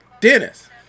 Dennis